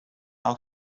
i’ll